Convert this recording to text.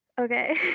Okay